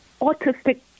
autistic